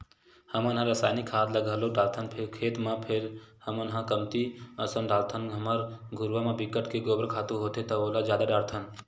हमन ह रायसायनिक खाद ल घलोक डालथन खेत म फेर हमन ह कमती असन डालथन हमर घुरूवा म बिकट के गोबर खातू होथे त ओला जादा डारथन